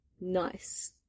nice